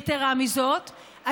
יתרה מזאת,